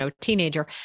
teenager